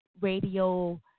Radio